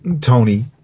Tony